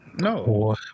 No